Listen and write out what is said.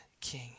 king